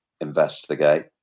investigate